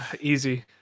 Easy